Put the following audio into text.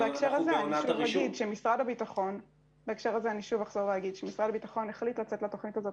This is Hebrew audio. בהקשר הזה אני שוב אחזור ואומר שמשרד הביטחון החליט לצאת לתוכנית הזאת